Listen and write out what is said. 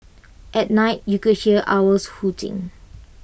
at night you could hear owls hooting